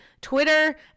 Twitter